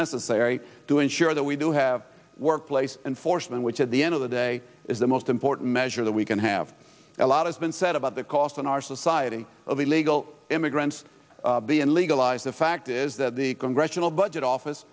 necessary to ensure that we do have workplace enforcement which at the end of the day is the most important measure that we can have a lot as been said about the cost in our society of illegal immigrants be and legalize the fact is that the congressional budget office